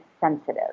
sensitive